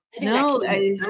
No